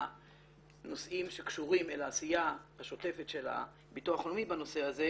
הנושאים שקשורים אל העשייה השוטפת של הביטוח הלאומי בנושא הזה,